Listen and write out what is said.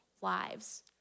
lives